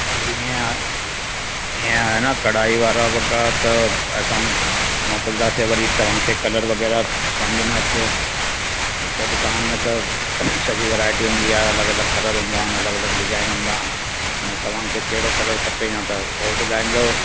हीअं आहे हीअं आहे न कढ़ाई वारा वॻा त असां मोकिलंदासीं वरी तव्हांखे कलर वग़ैरह समुझ न अचे हिते दुकान में त सॼी वैरायटी हूंदी आहे अलॻि अलॻि कलर हूंदानि अलॻि अलॻि डिजाइन हूंदा आहिनि अने तव्हांखे कहिड़ो कलर खपे या त उहो ॿुधाईंदो